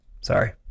Sorry